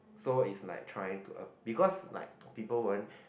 so it's like trying to um because like people won't